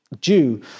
due